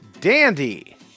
Dandy